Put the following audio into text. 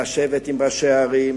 לשבת עם ראשי ערים,